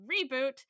Reboot